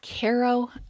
Caro